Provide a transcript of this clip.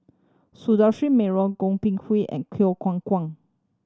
Sundaresh Menon Goh Ping Hui and Kwang Kwang